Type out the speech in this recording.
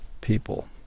people